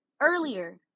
earlier